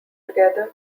together